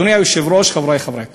אדוני היושב-ראש, חברי חברי הכנסת,